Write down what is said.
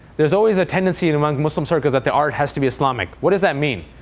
there's always a tendency and among muslims circles that the art has to be islamic. what does that mean?